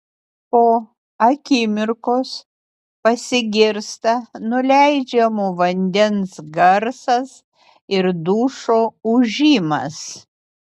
po akimirkos pasigirsta nuleidžiamo vandens garsas ir dušo ūžimas